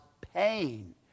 pain